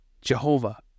Jehovah